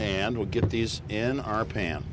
and we'll get these in our pa